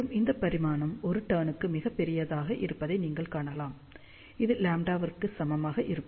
மற்றும் இந்த பரிமாணம் ஒரு டர்ன் க்கு மிகப் பெரியதாக இருப்பதை நீங்கள் காணலாம் இது λ க்கு சமமாக இருக்கும்